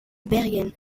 bergen